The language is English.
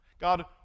God